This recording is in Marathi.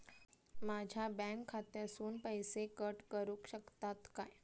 माझ्या बँक खात्यासून पैसे कट करुक शकतात काय?